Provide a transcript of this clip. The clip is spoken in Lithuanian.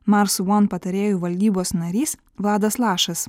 mars vuon patarėjų valdybos narys vladas lašas